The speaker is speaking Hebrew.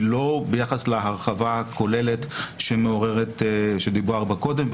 היא לא ביחס להרחבה הכוללת שדובר בה קודם,